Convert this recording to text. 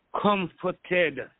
comforted